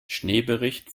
schneebericht